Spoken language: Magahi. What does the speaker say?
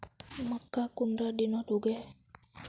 मक्का कुंडा दिनोत उगैहे?